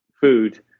food